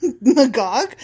Magog